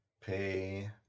pay